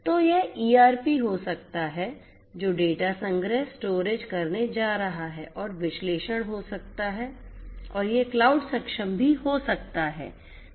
तो यह ईआरपी हो सकता है जो डेटा संग्रह स्टोरेज करने जा रहा है और विश्लेषण हो सकता है और यह क्लाउड सक्षम भी हो सकता है